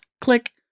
Click